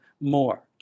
more